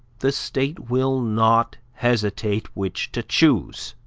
the state will not hesitate which to choose.